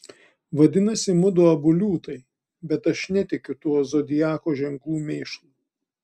vadinasi mudu abu liūtai bet aš netikiu tuo zodiako ženklų mėšlu